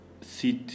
sit